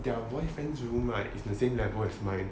their boyfriend's room right is the same level as mine